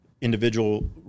individual